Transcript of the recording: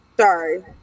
Sorry